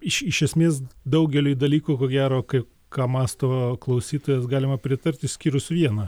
iš iš esmės daugeliui dalykų ko gero kai ką mąsto klausytojas galima pritarti išskyrus vieną